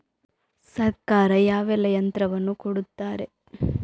ಸರ್ಕಾರ ಯಾವೆಲ್ಲಾ ಯಂತ್ರವನ್ನು ಕೊಡುತ್ತಾರೆ?